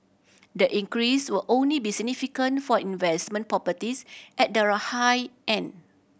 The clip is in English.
the increase will only be significant for investment properties at the high end